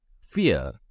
fear